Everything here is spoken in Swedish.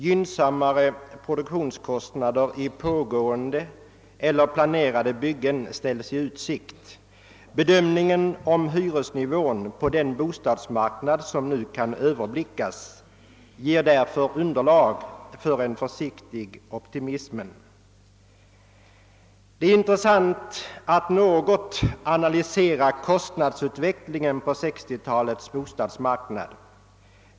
Gynnsammare produktionskostnader i pågående eller planerade byggen ställes i utsikt. Bedömningen av hyresnivån på den bostadsmarknad som nu kan överblickas ger därför underlag för en försiktig optimism. Det är intressant att något analysera kostnadsutvecklingen på 1960-talets bostadsmarknad.